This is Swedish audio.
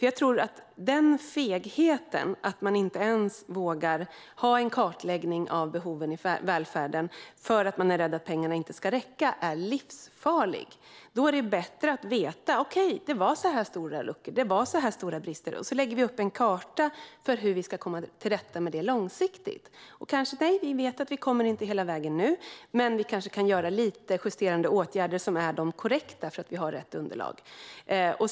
Jag tror att fegheten i att inte ens våga göra en kartläggning av behoven i välfärden, för att man är rädd att pengarna inte ska räcka, är livsfarlig. Då är det bättre att veta hur stora luckor och brister som finns och lägga upp en karta för hur vi ska komma till rätta med dem långsiktigt. Det är bättre att veta att vi inte kommer hela vägen nu men kanske kan vidta några justerande åtgärder som är korrekta - för att vi har rätt underlag.